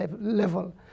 level